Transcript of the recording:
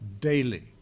daily